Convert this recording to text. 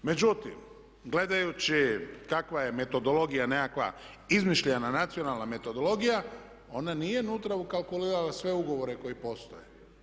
Međutim gledajući kakva je metodologija nekakva, izmišljena nacionalna metodologija ona nije unutra ukalkulirala sve ugovore koji postoje.